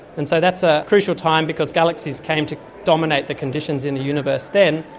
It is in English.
and so that's a crucial time because galaxies came to dominate the conditions in the universe then,